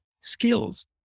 skills